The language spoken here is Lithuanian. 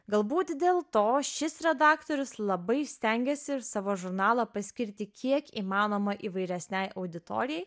galbūt dėl to šis redaktorius labai stengiasi ir savo žurnalą paskirti kiek įmanoma įvairesnei auditorijai